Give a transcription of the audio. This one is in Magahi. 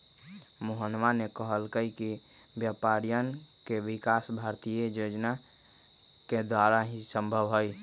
मोहनवा ने कहल कई कि व्यापारियन के विकास भारतीय योजना के द्वारा ही संभव हई